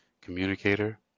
communicator